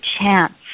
chance